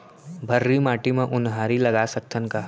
भर्री माटी म उनहारी लगा सकथन का?